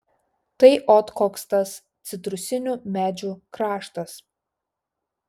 tai ot koks tas citrusinių medžių kraštas